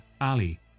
Ali